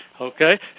Okay